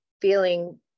feeling